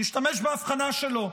נשתמש בהבחנה שלו.